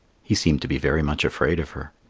he seemed to be very much afraid of her.